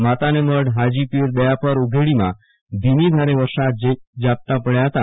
માતાના મઢ હાજીપીર દયાપર ઉઘેડીમાં ધીમીધારે વરસાદી ઝાપટાં હતા